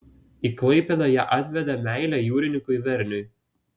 į klaipėdą ją atvedė meilė jūrininkui verniui